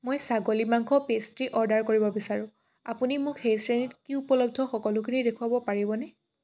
মই ছাগলী মাংস পেষ্ট্ৰি অৰ্ডাৰ কৰিব বিচাৰোঁ আপুনি মোক সেই শ্ৰেণীত কি উপলব্ধ সকলোখিনি দেখুৱাব পাৰিবনে